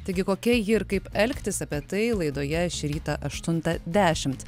taigi kokia ji ir kaip elgtis apie tai laidoje šį rytą aštuntą dešimt